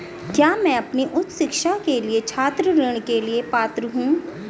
क्या मैं अपनी उच्च शिक्षा के लिए छात्र ऋण के लिए पात्र हूँ?